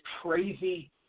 crazy